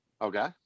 Okay